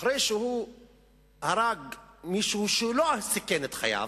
אחרי שהוא הרג מישהו שלא סיכן את חייו,